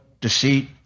deceit